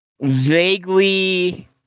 vaguely